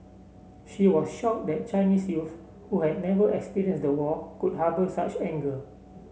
she was shocked that Chinese youth who have never experienced the war could harbour such anger